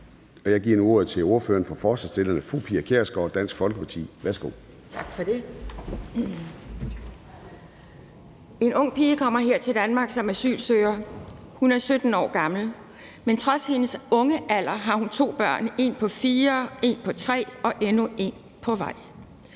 Værsgo. Kl. 09:38 (Ordfører for forslagsstillerne) Pia Kjærsgaard (DF): Tak for det. En ung pige kommer her til Danmark som asylsøger. Hun er 17 år gammel, men trods sin unge alder har hun to børn: et på fire, et på tre og endnu et på vej.